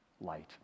light